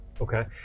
Okay